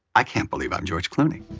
i can't believe i'm george clooney.